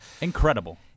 Incredible